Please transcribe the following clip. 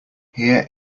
here